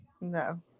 No